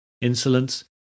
insolence